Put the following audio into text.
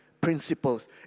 principles